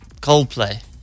Coldplay